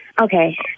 okay